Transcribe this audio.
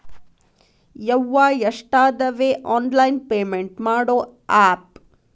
ಯವ್ವಾ ಎಷ್ಟಾದವೇ online payment ಮಾಡೋ ಆಪ್